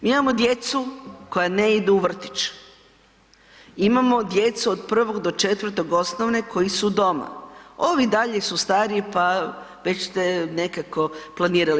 Mi imamo djecu koja ne idu u vrtić, imamo djecu od 1. do 4. osnovne koji su doma, ovi dalje su stariji, pa već ste nekako planirali.